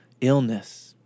illness